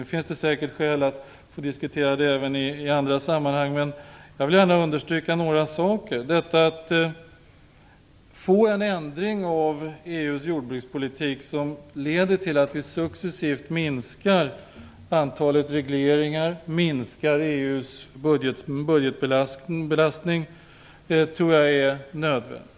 Det finns säkert skäl att diskutera det även i andra sammanhang, men jag vill gärna understryka några saker. Det gäller att få en ändring av EU:s jordbrukspolitik som leder till att vi successivt minskar antalet regleringar och minskar EU:s budgetbelastning. Det tror jag är nödvändigt.